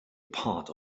part